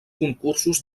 concursos